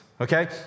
okay